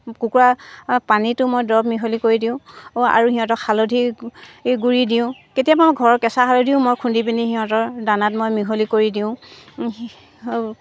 কুকুৰা পানীতো মই দৰৱ মিহলি কৰি দিওঁ আৰু সিহঁতক হালধি গুড়ি দিওঁ কেতিয়াবা মই ঘৰৰ কেঁচা হালধিও মই খুন্দি পিনি সিহঁতৰ দানাত মই মিহলি কৰি দিওঁ